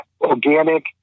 organic